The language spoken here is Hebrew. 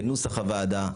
כנוסח הוועדה.